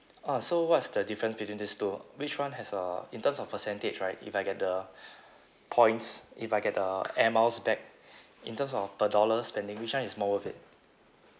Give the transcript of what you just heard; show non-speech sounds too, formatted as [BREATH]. ah so what's the difference between these two ah which one has uh in terms of percentage right if I get the [BREATH] points if I get the air miles back in terms of per dollar spending which one is more worth it